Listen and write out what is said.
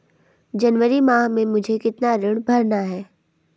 जनवरी माह में मुझे कितना ऋण भरना है?